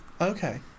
Okay